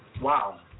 wow